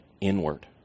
Inward